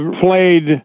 played